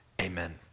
Amen